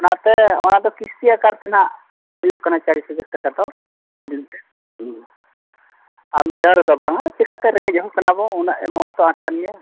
ᱚᱱᱟᱛᱮ ᱚᱱᱟᱫᱚ ᱠᱤᱥᱛᱤ ᱟᱠᱟᱨ ᱛᱮᱦᱟᱜ ᱦᱩᱭᱩᱜ ᱠᱟᱱᱟ ᱪᱟᱞᱤᱥ ᱦᱟᱡᱟᱨ ᱴᱟᱠᱟ ᱫᱚ ᱫᱤᱱ ᱫᱤᱱ ᱛᱮ ᱟᱨ ᱢᱤᱫ ᱫᱷᱟᱣ ᱨᱮᱫᱚ ᱵᱟᱝ ᱟ ᱪᱮᱠᱟᱛᱮ ᱨᱮᱸᱜᱮᱡ ᱦᱚᱲ ᱠᱟᱱᱟᱵᱚ ᱩᱱᱟᱹᱜ ᱮᱢᱚᱜ ᱦᱚᱛᱚ ᱟᱴ ᱠᱟᱱᱜᱮᱭᱟ